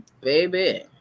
baby